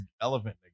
elephant